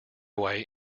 way